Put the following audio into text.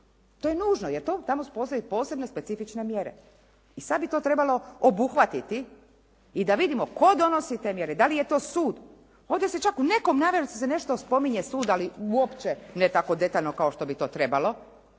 To je nužno, jer tamo postoje posebne specifične mjere i sad bi to trebalo obuhvatiti i da vidimo tko donosi te mjere. Da li je to sud. Ovdje se čak u nekom …/Govornica se ne razumije./… se nešto spominje sud, ali uopće ne tako detaljno kao što bi to trebalo.